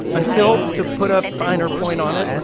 until, to put a finer point on it,